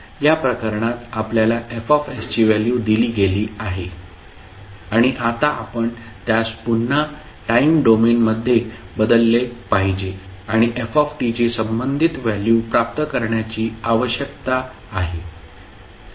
या प्रकरणात आपल्याला F ची व्हॅल्यू दिली गेली आहे आणि आता आपण त्यास पुन्हा टाईम डोमेन मध्ये बदलले पाहिजे आणि F ची संबंधित व्हॅल्यू प्राप्त करण्याची आवश्यकता आहे